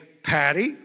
patty